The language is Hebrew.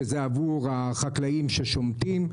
שהיא עבור החקלאים ששומטים.